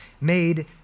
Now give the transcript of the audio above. made